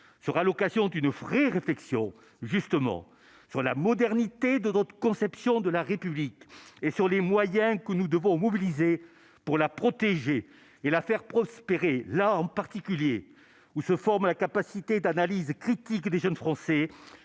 fera l'occasion d'une vraie réflexion justement sur la modernité de notre conception de la République et sur les moyens que nous devons mobiliser pour la protéger et l'affaire prospérer la en particulier où se forme la capacité d'analyse critique des jeunes Français,